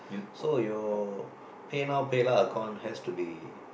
so your PayNow PayLah account has to be